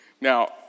Now